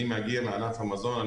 אני מגיע מענף המזון,